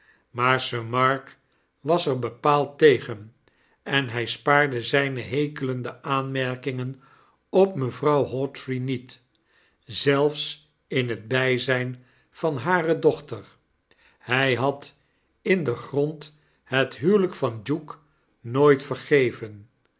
maar sir mark was er bepaald tegen en hy spaarde zyne hekelende aanmerkingen op mevrouw hawtrey niet zelfs in het btjzqn van hare dochter hij had in den grond het huwelijk van duke nooit vergeven